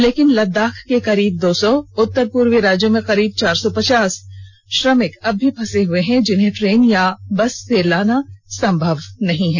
लेकिन लद्दाख में करीब दो सौ उत्तर पूर्वी राज्यों में करीब चार सौ पचास श्रमिक अब भी फसे हुए हैं जिन्हें ट्रेन या बस से लाना संभव नहीं है